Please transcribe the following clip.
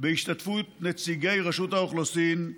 בהשתתפות נציגי רשות האוכלוסין,